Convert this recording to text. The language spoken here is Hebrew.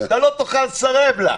אתה לא תוכל לסרב לה.